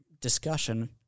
discussion